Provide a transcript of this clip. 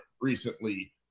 recently